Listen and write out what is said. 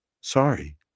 Sorry